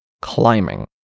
climbing